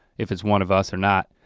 if it's one of us or not,